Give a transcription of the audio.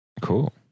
Cool